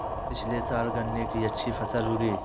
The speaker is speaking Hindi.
पिछले साल गन्ने की अच्छी फसल उगी